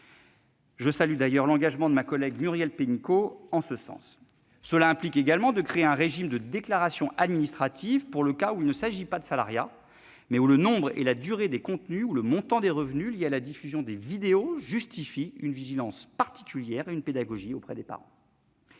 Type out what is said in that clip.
Je salue d'ailleurs l'engagement de ma collègue Muriel Pénicaud en ce sens. Cela implique également de créer un régime de déclaration administrative, pour le cas où il ne s'agit pas de salariat, mais où le nombre et la durée des contenus ou le montant des revenus liés à la diffusion des vidéos justifient une vigilance particulière et une pédagogie auprès des parents.